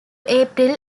april